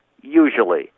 usually